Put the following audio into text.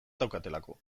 daukatelako